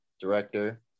director